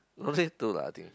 don't need to lah I think